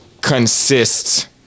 consists